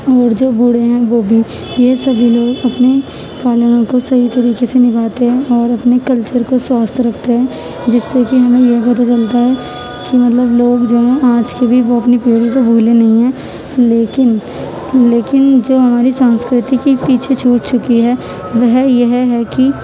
اور جو بوڑھے ہیں وہ بھی یہ سبھی لوگ اپنی پالنوں کو صحیح طریقے سے نبھاتے ہیں اور اپنے کلچر کو سوستھ رکھتے ہیں جس سے کہ ہمیں یہ پتہ چلتا ہے کہ مطلب لوگ جو ہیں آج کے بھی وہ اپنی پیڑھی کو بھولے نہیں ہیں لیکن لیکن جو ہماری سانسکرتی کی پیچھے چھوٹ چکی ہیں وہ ہے یہ ہے کہ